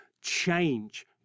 change